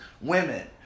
Women